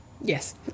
Yes